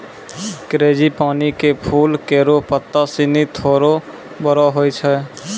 frangipani क फूल केरो पत्ता सिनी थोरो बड़ो होय छै